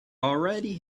already